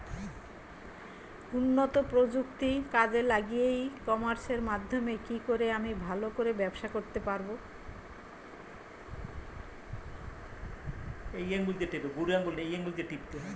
উন্নত প্রযুক্তি কাজে লাগিয়ে ই কমার্সের মাধ্যমে কি করে আমি ভালো করে ব্যবসা করতে পারব?